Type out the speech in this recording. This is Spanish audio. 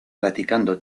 practicando